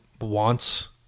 wants